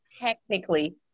technically